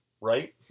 right